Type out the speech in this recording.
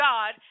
God